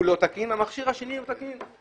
עלה לא תקין ואילו המכשיר השני תקין.